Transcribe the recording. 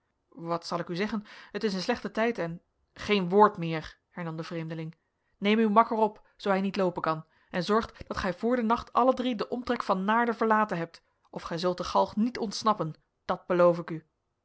wat zal ik u zeggen t is een slechte tijd en geen woord meer hernam de vreemdeling neem uwen makker op zoo hij niet loopen kan en zorgt dat gij voor den nacht alle drie den omtrek van naarden verlaten hebt of gij zult de galg niet ontsnappen dat beloof ik u